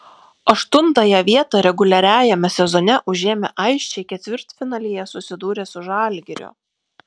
aštuntąją vietą reguliariajame sezone užėmę aisčiai ketvirtfinalyje susidūrė su žalgiriu